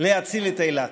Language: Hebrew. להציל את אילת.